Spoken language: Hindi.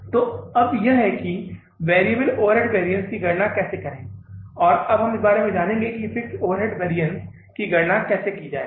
तो अब यह है कि वेरिएबल ओवरहेड वैरिअन्स की गणना कैसे करें और अब हम इस बारे में जानेंगे कि फिक्स्ड ओवरहेड वैरिअन्स की गणना कैसे की जाए